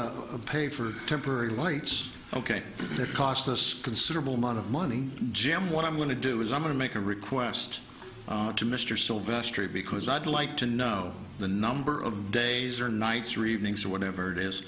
to pay for temporary lights ok that cost us a considerable amount of money jim what i'm going to do is i'm going to make a request to mr sylvester because i'd like to know the number of days or nights or evenings or whatever it is